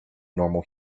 normal